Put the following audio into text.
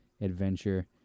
adventure